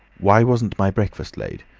why wasn't my breakfast laid?